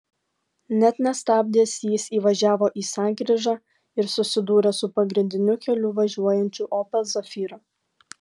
net nestabdęs jis įvažiavo į sankryžą ir susidūrė su pagrindiniu keliu važiuojančiu opel zafira